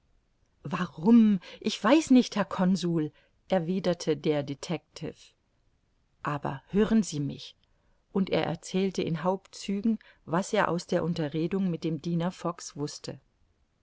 warum ich weiß nicht herr consul erwiderte der detectiv aber hören sie mich und er erzählte in hauptzügen was er aus der unterredung mit dem diener fogg's wußte